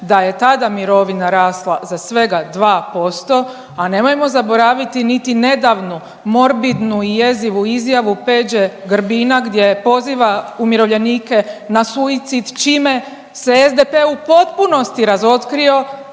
da je tada mirovina rasla za svega 2%, a nemojmo zaboraviti niti nedavnu morbidnu i jezivu izjavu Peđe Grbina gdje poziva umirovljenike na suicid čime se SDP u potpunosti razotkrio